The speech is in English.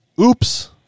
Oops